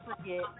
forget